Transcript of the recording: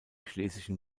schlesischen